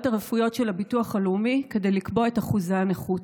הרפואיות של הביטוח הלאומי כדי לקבוע את אחוזי הנכות.